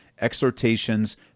exhortations